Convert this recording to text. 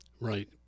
Right